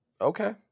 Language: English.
okay